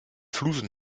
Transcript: flusen